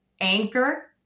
Anchor